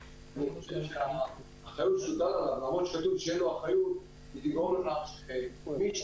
האחריות תוטל עליו --- לא יקרה --- יבוא